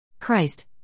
Christ